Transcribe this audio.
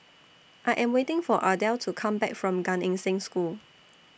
I Am waiting For Ardell to Come Back from Gan Eng Seng School